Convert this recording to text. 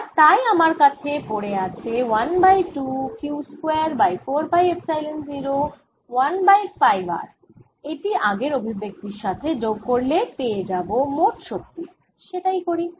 আর তাই আমার কাছে পড়ে আছে 1 by 2 Q square by 4 pi epsilon 0 - 1 by 5R এটি আগের অভিব্যক্তির সাথে যোগ করলে পেয়ে যাব মোট শক্তির সেটাই করি